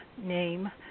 name